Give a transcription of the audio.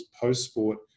post-sport